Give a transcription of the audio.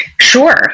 Sure